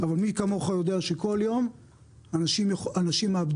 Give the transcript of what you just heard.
אבל מי כמוך יודע שכל יום אנשים מאבדים